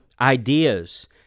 ideas